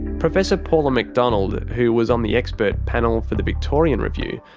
professor paula mcdonald, who was on the expert panel for the victorian review,